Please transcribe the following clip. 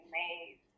made